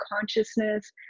consciousness